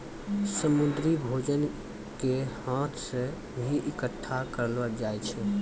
समुन्द्री भोजन के हाथ से भी इकट्ठा करलो जाय छै